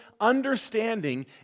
understanding